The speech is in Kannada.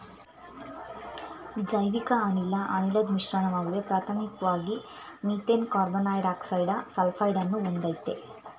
ಜೈವಿಕಅನಿಲ ಅನಿಲದ್ ಮಿಶ್ರಣವಾಗಿದೆ ಪ್ರಾಥಮಿಕ್ವಾಗಿ ಮೀಥೇನ್ ಕಾರ್ಬನ್ಡೈಯಾಕ್ಸೈಡ ಸಲ್ಫೈಡನ್ನು ಹೊಂದಯ್ತೆ